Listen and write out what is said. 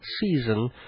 season